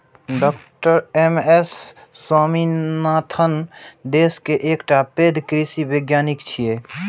डॉ M S Swaminathan देश के एकटा पैघ कृषि वैज्ञानिक छियै